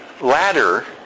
ladder